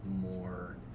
more